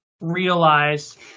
realize